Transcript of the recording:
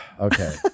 Okay